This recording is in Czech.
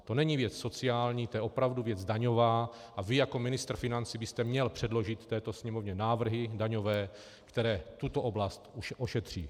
To není věc sociální, to je opravdu věc daňová a vy jako ministr financí byste měl předložit této Sněmovně návrhy daňové, které tuto oblast ošetří.